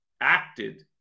acted